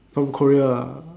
from Korea